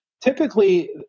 Typically